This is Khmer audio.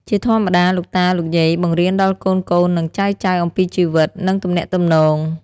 ជាធម្មតា លោកតា លោកយាយ បង្រៀនដល់កូនៗ និងចៅៗអំពីជីវិត និងទំនាក់ទំនង។